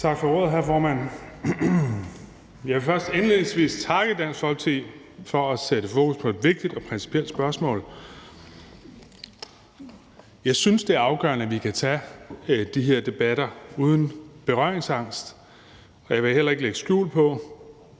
Tak for ordet, hr. formand. Jeg vil indledningsvis takke Dansk Folkeparti for at sætte fokus på et vigtigt og principielt spørgsmål. Jeg synes, det er afgørende, at vi kan tage de her debatter uden berøringsangst, og jeg vil heller ikke lægge skjul på,